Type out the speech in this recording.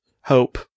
hope